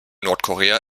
nordkorea